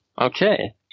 okay